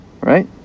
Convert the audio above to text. right